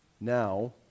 Now